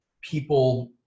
people